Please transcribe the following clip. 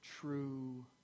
true